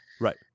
Right